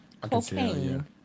Cocaine